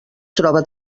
troba